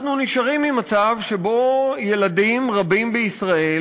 אנחנו נשארים עם מצב שבו ילדים רבים בישראל